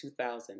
2000